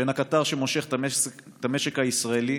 שהן הקטר שמושך את המשק הישראלי,